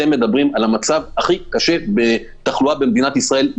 אתם מדברים על המצב הכי קשה בתחלואה במדינת ישראל,